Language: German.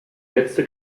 letzte